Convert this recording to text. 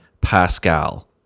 Pascal